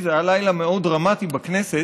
זה היה לילה מאוד דרמטי בכנסת,